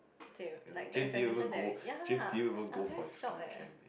same like the expectation that ya I was very shocked eh